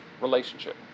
relationship